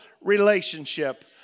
relationship